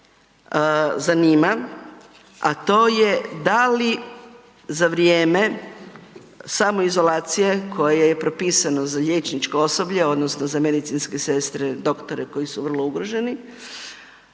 zanima, a to je da li za vrijeme samoizolacije koje je propisano za liječničko osoblje odnosno za medicinske sestre, doktore koji su vrlo ugroženi,